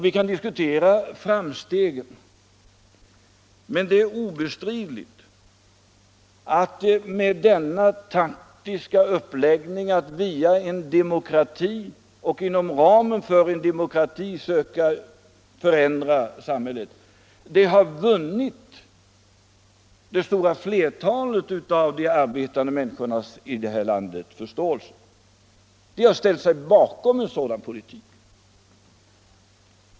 Vi kan diskutera framsteg, men det är obestridligt att denna taktiska uppläggning att inom ramen för en demokrati söka förändra samhället har vunnit förståelse hos det stora flertalet av de arbetande människorna i det här landet. De har ställt sig bakom en sådan politik.